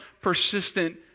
persistent